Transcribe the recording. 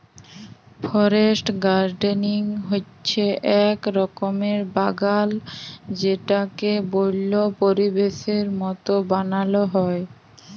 forest gardening হচ্যে এক রকমের বাগাল যেটাকে বল্য পরিবেশের মত বানাল হ্যয়